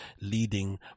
leading